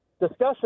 discussion